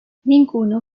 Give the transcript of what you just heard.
ninguno